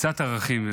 קצת ערכים.